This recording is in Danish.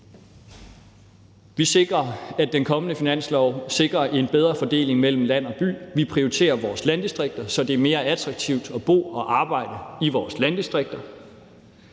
Vi sikrer, at den kommende finanslov sikrer en bedre fordeling mellem land og by. Vi prioriterer vores landdistrikter, så det er mere attraktivt at bo og arbejde i vores landdistrikter.